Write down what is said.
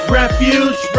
refuge